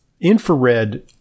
Infrared